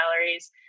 calories